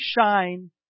shine